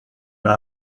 m’a